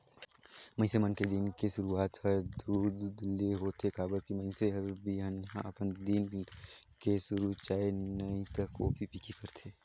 मइनसे मन के दिन के सुरूआत हर दूद ले होथे काबर की मइनसे हर बिहनहा अपन दिन के सुरू चाय नइ त कॉफी पीके करथे